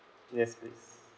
yes please